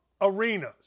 arenas